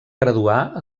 graduar